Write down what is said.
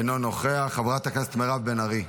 אינו נוכח, חברת הכנסת מירב בן ארי.